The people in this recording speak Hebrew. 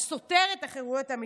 הסותר את החירויות האזרחיות".